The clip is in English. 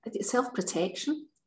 self-protection